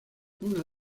una